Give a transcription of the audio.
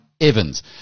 Evans